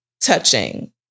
touching